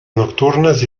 nocturnas